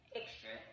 extra